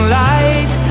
light